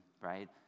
right